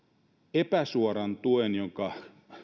epäsuora tuki jonka